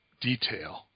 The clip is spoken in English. detail